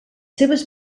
seves